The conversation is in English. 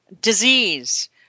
disease